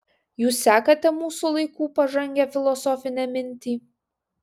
jūs sekate mūsų laikų pažangią filosofinę mintį